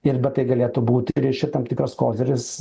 ir bet tai galėtų būti reiškia tam tikras koziris